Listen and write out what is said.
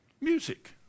Music